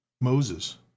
Moses